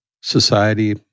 society